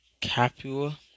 Capua